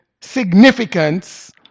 significance